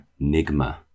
Nigma